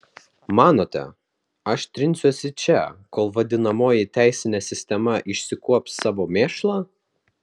manote aš trinsiuosi čia kol vadinamoji teisinė sistema išsikuops savo mėšlą